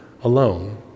alone